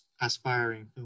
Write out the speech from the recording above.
aspiring